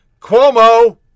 Cuomo